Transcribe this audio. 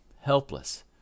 helpless